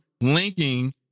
linking